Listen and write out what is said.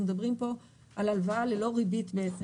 מדברים פה על הלוואה ללא ריבית בעצם,